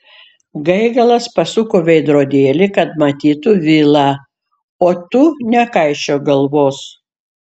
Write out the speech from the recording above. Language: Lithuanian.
gaigalas pasuko veidrodėlį kad matytų vilą o tu nekaišiok galvos